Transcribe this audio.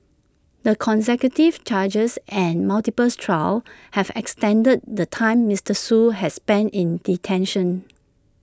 the consecutive charges and multiples trials have extended the time Mister Shoo has spent in detention